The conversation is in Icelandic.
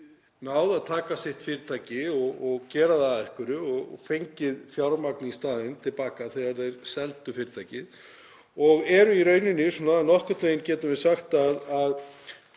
náð að gera sitt fyrirtæki að einhverju og fengið fjármagn í staðinn til baka þegar þeir seldu fyrirtækið og eru í rauninni nokkurn veginn, getum við sagt, að